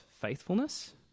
faithfulness